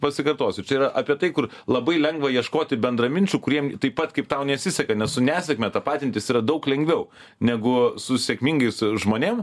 pasikartosiu čia yra apie tai kur labai lengva ieškoti bendraminčių kuriem taip pat kaip tau nesiseka nes su nesėkme tapatintis yra daug lengviau negu su sėkmingais žmonėm